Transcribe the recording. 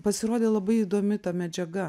pasirodė labai įdomi ta medžiaga